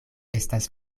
estas